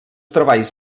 treballs